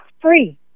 free